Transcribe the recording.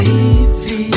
easy